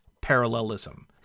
parallelism